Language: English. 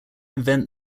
invent